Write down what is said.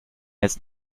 jetzt